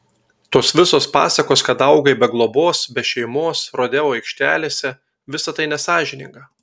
tos visos pasakos kad augai be globos be šeimos rodeo aikštelėse visa tai nesąžininga